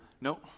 No